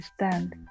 understand